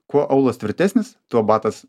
kuo aulas tvirtesnis tuo batas